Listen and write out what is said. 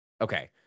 Okay